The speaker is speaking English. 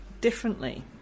differently